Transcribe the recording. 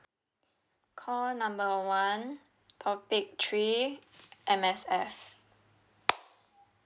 call number one topic three M_S_F